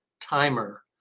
Timer